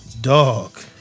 Dog